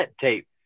tape